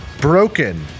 Broken